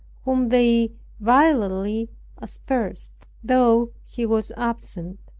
whom they vilely aspersed, though he was absent.